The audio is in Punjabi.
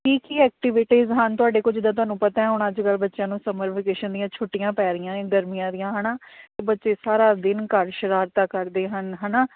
ਕੀ ਕੀ ਐਕਟੀਵਿਟੀਜ਼ ਹਨ ਤੁਹਾਡੇ ਕੋਲ ਜਿੱਦਾਂ ਤੁਹਾਨੂੰ ਪਤਾ ਹੁਣ ਅੱਜ ਕੱਲ ਬੱਚਿਆਂ ਨੂੰ ਸਮਰ ਵੀਕੇਸ਼ਨ ਦੀਆਂ ਛੁੱਟੀਆਂ ਪੈ ਰਹੀਆਂ ਗਰਮੀਆਂ ਦੀਆਂ ਹੈ ਨਾ ਅਤੇ ਬੱਚੇ ਸਾਰਾ ਦਿਨ ਘਰ ਸ਼ਰਾਰਤਾਂ ਕਰਦੇ ਹਨ ਹੈ ਨਾ